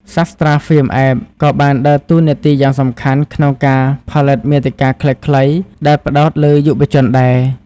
Sastra Film App ក៏បានដើរតួនាទីយ៉ាងសំខាន់ក្នុងការផលិតមាតិកាខ្លីៗដែលផ្តោតលើយុវជនដែរ។